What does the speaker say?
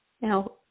Now